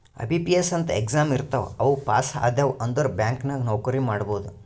IBPS ಅಂತ್ exam ಇರ್ತಾವ್ ಅವು ಪಾಸ್ ಆದ್ಯವ್ ಅಂದುರ್ ಬ್ಯಾಂಕ್ ನಾಗ್ ನೌಕರಿ ಮಾಡ್ಬೋದ